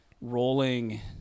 rolling